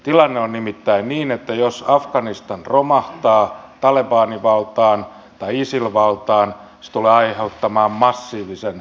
tilanne on nimittäin niin että jos afganistan romahtaa talebanivaltaan tai isil valtaan se tulee aiheuttamaan massiivisen pakolaisvyöryn